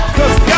Cause